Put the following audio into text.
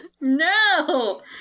No